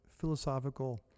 philosophical